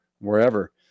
wherever